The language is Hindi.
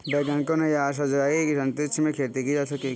वैज्ञानिकों ने यह आशा जगाई है कि अंतरिक्ष में भी खेती की जा सकेगी